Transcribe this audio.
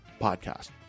podcast